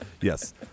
yes